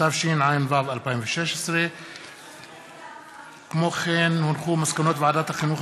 התשע"ו 2016. מסקנות ועדת החינוך,